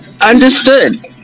understood